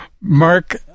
Mark